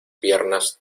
piernas